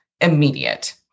immediate